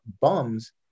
bums